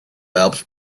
helps